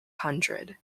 hundred